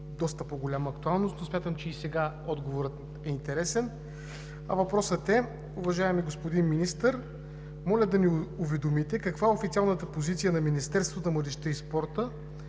доста по-голяма актуалност, но смятам, че и сега отговорът е интересен. Уважаеми господин Министър, моля да ни уведомите каква е официалната позиция на Министерството на младежта и спорта